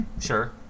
Sure